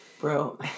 Bro